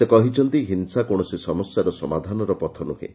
ସେ କହିଛନ୍ତି ହିଂସା କୌଶସି ସମସ୍ୟା ସମାଧାନର ପଥ ନୁହେଁ